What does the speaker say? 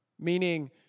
Meaning